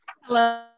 Hello